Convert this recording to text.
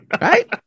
Right